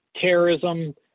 terrorism